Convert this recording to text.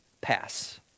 pass